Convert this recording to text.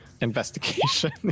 investigation